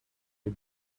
the